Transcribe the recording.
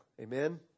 Amen